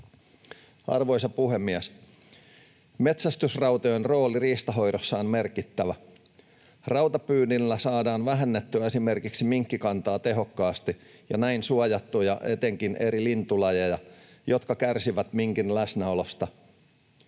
Arvoisa puhemies! Metsästysrautojen rooli riistanhoidossa on merkittävä. Rautapyynnillä saadaan vähennettyä esimerkiksi minkkikantaa tehokkaasti ja näin suojattua etenkin eri lintulajeja, jotka kärsivät minkin läsnäolosta.